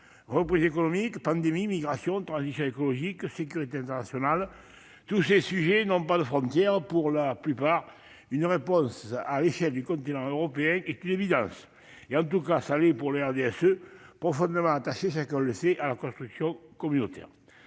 reprise économique, pandémie, migration, transition écologique, sécurité internationale, ces sujets n'ont pas de frontières et, pour la plupart, appellent une réponse à l'échelle du continent européen- c'est une évidence, en tout cas aux yeux du RDSE, profondément attaché, chacun le sait, à la construction communautaire.